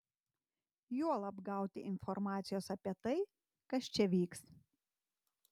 juolab gauti informacijos apie tai kas čia vyks